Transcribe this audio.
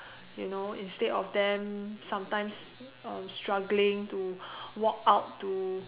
you know instead of them sometimes um struggling to walk out to